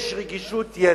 יש רגישות יתר,